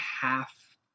half